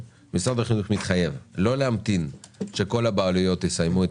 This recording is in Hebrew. משה - לא להמתין שכל הבעלויות יסיימו את